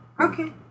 Okay